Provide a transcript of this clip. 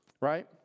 right